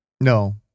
No